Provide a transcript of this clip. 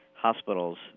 hospitals